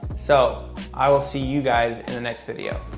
so i will see you guys in the next video.